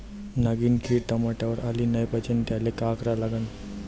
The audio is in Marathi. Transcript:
नागिन किड टमाट्यावर आली नाही पाहिजे त्याले काय करा लागन?